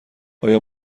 آیا